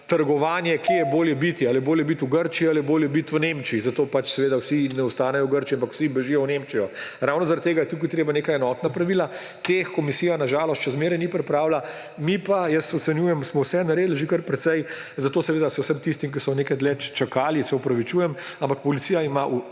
trgovanje: ali je bolje biti v Grčiji ali je bolje biti v Nemčiji, zato vsi ne ostanejo v Grčiji, ampak vsi bežijo v Nemčijo. Ravno zaradi tega je tukaj treba neka enotna pravila, ki jih komisija na žalost še vedno ni pripravila, mi pa, jaz ocenjujem, smo vse naredili, že kar precej. Zato se vsem tistim, ki so nekaj dlje čakali, opravičujem, ampak policija ima